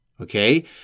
okay